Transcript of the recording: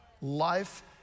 Life